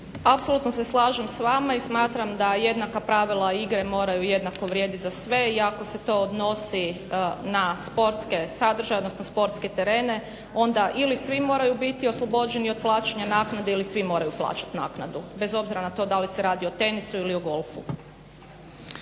Apsolutno se slažem s vama i smatram da jednaka pravila igre moraju jednako vrijediti za sve i ako se to odnosi na sportske sadržaje, odnosno sportske terene onda ili svi moraju biti oslobođeni od plaćanja naknade ili svi moraju plaćati naknadu, bez obzira na to da li se radi o tenisu ili o golfu.